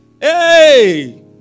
Hey